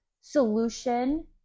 solution